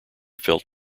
felt